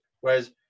Whereas